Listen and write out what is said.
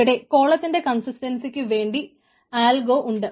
ഇവിടെ കോളത്തിന്റെ കൺസിസ്റ്റൻസിക്കു ഉണ്ട്